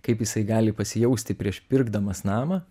kaip jisai gali pasijausti prieš pirkdamas namą